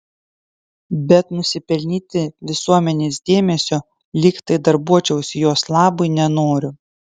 bet nusipelnyti visuomenės dėmesio lyg tai darbuočiausi jos labui nenoriu